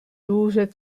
duże